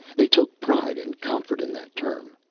they took pride and comfort in that term.